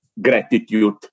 gratitude